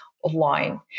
online